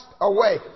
away